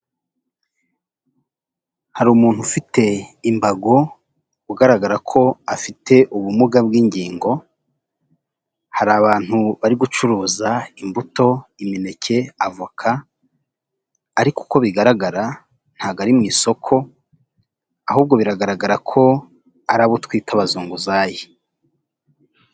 Hari umuntu ufite imbago ugaragara ko afite ubumuga bw'ingingo, hari abantu bari gucuruza imbuto imineke avoka ariko uko bigaragara ntabwogo ari mu isoko ahubwo biragaragara ko ari abo twita abazunguzayi.